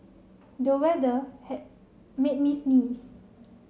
the weather made me sneeze